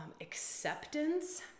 acceptance